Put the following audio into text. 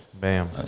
Bam